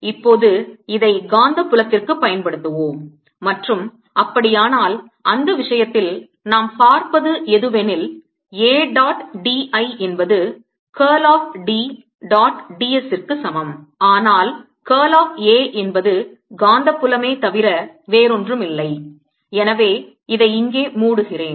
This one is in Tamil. இப்போது இதை காந்தப் புலத்திற்குப் பயன்படுத்துவோம் மற்றும் அப்படியானால் அந்த விஷயத்தில் நாம் பார்ப்பது எதுவெனில் A டாட் d I என்பது curl of D dot d s ற்கு சமம் ஆனால் curl of A என்பது காந்தப் புலமே தவிர வேறொன்றுமில்லை எனவே இதை இங்கே மூடுகிறேன்